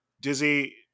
Dizzy